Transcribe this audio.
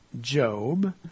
Job